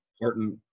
important